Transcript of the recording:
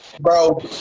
bro